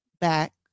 back